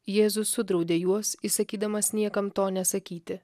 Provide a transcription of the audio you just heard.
jėzus sudraudė juos įsakydamas niekam to nesakyti